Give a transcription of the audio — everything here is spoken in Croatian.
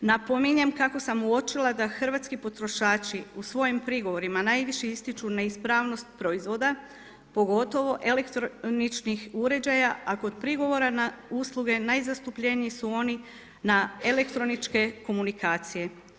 Napominjem kako sam uočila kada da hrvatski potrošači u svojim prigovorima najviše ističu neispravnost proizvoda, pogotovo elektroničnih uređaja a kod prigovora na usluge najzastupljeniji su oni na elektroničke komunikacije.